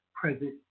present